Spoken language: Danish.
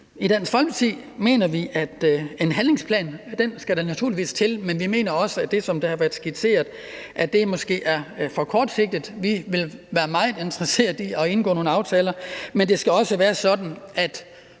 I Dansk Folkeparti mener vi, at en handlingsplan skal der naturligvis til, men vi mener også, at det, som der har været skitseret, måske er for kortsigtet. Vi vil være meget interesseret i at indgå nogle aftaler, men det skal også være sådan, at